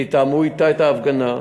שיתאמו אתה את ההפגנה.